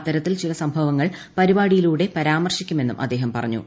അത്തരത്തിൽ ചില സംഭവങ്ങൾ പരിപാടിയിലൂടെ പരാമർശിക്കുമെന്നും അദ്ദേഹം പറഞ്ഞു